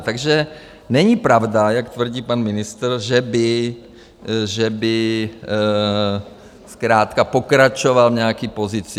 Takže není pravda, jak tvrdí pan ministr, že by zkrátka pokračoval v nějaké pozici.